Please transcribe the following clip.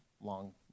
long